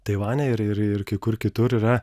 taivane ir ir ir kur kitur yra